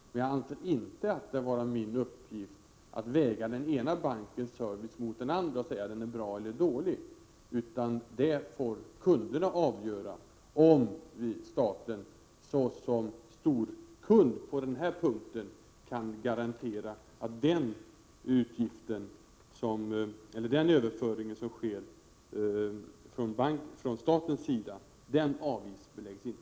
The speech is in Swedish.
Men jag anser det inte vara min uppgift att väga den ena bankens service mot den andras och säga att den är bra eller dålig. Det får kunderna avgöra, om staten såsom storkund på den här punkten kan garantera att den överföring som sker från statens sida inte avgiftsbeläggs.